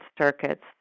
Circuits